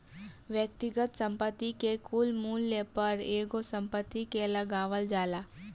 व्यक्तिगत संपत्ति के कुल मूल्य पर एगो संपत्ति के लगावल जाला